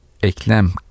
eklem